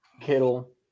Kittle